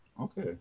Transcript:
Okay